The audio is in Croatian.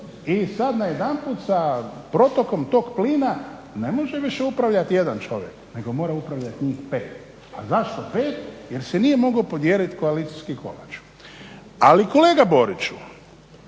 i sad najedanput sa protokom tok plina ne može više upravljati jedan čovjek nego mora upravljat njih pet, a zašto pet, jer se nije mogao podijeliti koalicijski kolač. Ali kolega Boriću,